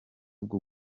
bwo